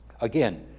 again